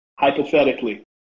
Hypothetically